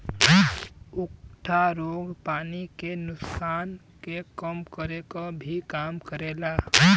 उकठा रोग पानी के नुकसान के कम करे क भी काम करेला